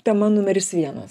tema numeris vienas